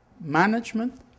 management